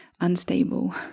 unstable